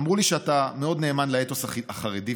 אמרו לי שאתה מאוד נאמן לאתוס החרדי,